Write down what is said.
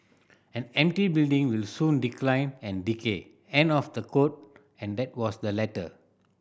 an empty building will soon decline and decay end of the quote and that was the letter